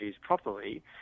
properly